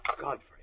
Godfrey